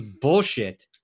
bullshit